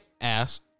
ass